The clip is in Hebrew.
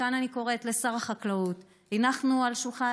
מכאן אני קוראת לשר החקלאות: הנחנו על שולחן